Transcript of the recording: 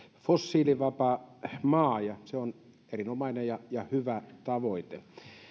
fossiilivapaa maa se on erinomainen ja ja hyvä tavoite